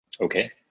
Okay